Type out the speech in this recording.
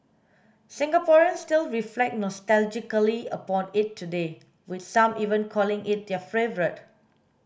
Singaporeans still reflect nostalgically upon it today with some even calling it their favourite